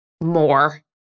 more